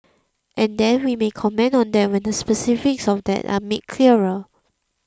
and then we may comment on that when the specifics of that are made clearer